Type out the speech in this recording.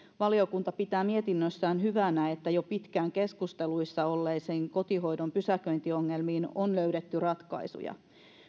valiokunta pitää mietinnössään hyvänä että jo pitkään keskusteluissa olleisiin kotihoidon pysäköintiongelmiin on löydetty ratkaisuja